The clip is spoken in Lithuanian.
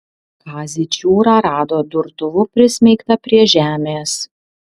kazį čiūrą rado durtuvu prismeigtą prie žemės